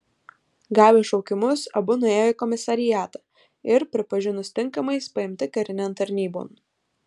gavę šaukimus abu nuėjo į komisariatą ir pripažinus tinkamais paimti karinėn tarnybon